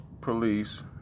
Police